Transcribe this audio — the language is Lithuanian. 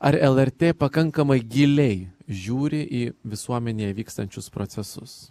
ar lrt pakankamai giliai žiūri į visuomenėje vykstančius procesus